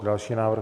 Další návrh.